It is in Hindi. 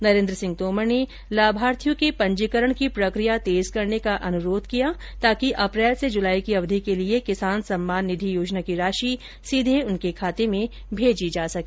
नरेन्द्र सिंह तोमर ने लाभार्थियों के पंजीकरण की प्रक्रिया तेज करने का अनुरोध किया ताकि अप्रैल से जुलाई की अवधि के लिए किसान सम्मान निधि योजना की राशि सीधे उनके खाते में भेजी जा सके